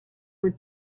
were